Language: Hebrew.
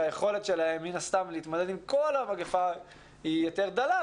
שהיכולת שלהם מן הסתם להתמודד עם כל המגיפה היא יותר דלה,